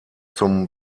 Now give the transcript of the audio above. zum